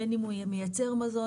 בין אם הוא מייצר מזון,